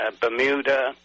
Bermuda